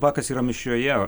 bakas yra mišriojea